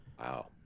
Wow